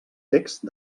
text